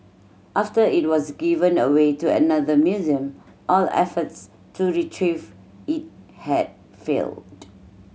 after it was given away to another museum all efforts to retrieve it had failed